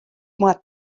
moat